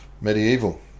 medieval